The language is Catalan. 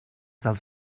dels